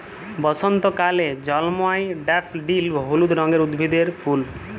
বসন্তকালে জল্ময় ড্যাফডিল হলুদ রঙের উদ্ভিদের ফুল